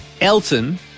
Elton